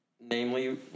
Namely